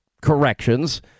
corrections